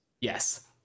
yes